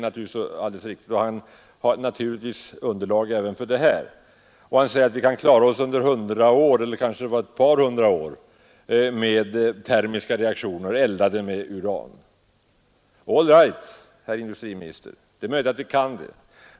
Det är ju alldeles riktigt, och industriministern har givetvis underlag även för det påståendet. Vi kan som sagt då klara oss i 100 år — eller kanske det var ett par hundra år — med termiska reaktorer eldade med uran. All right, herr industriminister! Det är möjligt att vi kan det.